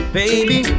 baby